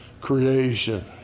creation